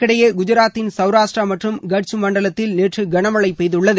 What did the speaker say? இதற்கிடையே குஜராத்தின் சவுராஷ்டிரா மற்றும் கட்ச மண்டலத்தில் நேற்று கனமழை பெய்துள்ளது